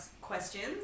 questions